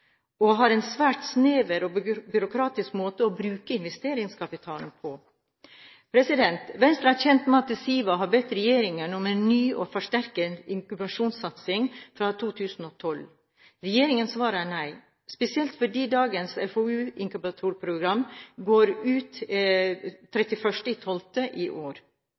og har en svært snever og byråkratisk måte å bruke investeringskapitalen på. Venstre er kjent med at SIVA har bedt regjeringen om en ny og forsterket inkubasjonssatsing fra 2012, spesielt fordi dagens FoU-inkubatorprogram går ut 31. desember i år. Regjeringens svar er nei.